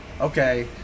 okay